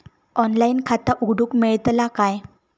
Online खाता उघडूक मेलतला काय?